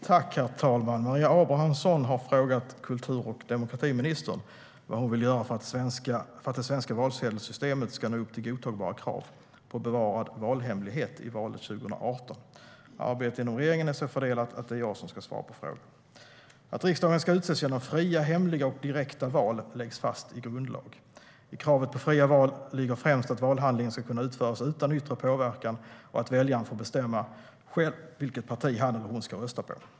Herr talman! Maria Abrahamsson har frågat kultur och demokratiministern vad hon vill göra för att det svenska valsedelssystemet ska nå upp till godtagbara krav på bevarad valhemlighet i valet 2018. Arbetet inom regeringen är så fördelat att det är jag som ska svara på frågan. Att riksdagen ska utses genom fria, hemliga och direkta val läggs fast i grundlag. I kravet på fria val ligger främst att valhandlingen ska kunna utföras utan yttre påverkan och att väljaren får bestämma själv vilket parti han eller hon ska rösta på.